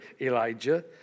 Elijah